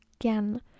again